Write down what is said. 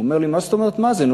הוא אומר לי: מה זאת אומרת "מה זה"?